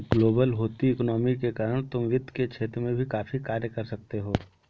global होती economy के कारण तुम वित्त के क्षेत्र में भी काफी कार्य कर सकते हो